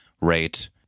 rate